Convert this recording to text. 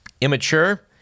immature